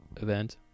event